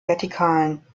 vertikalen